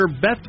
Beth